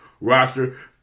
roster